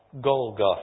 Golgotha